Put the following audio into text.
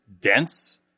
dense